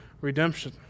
Redemption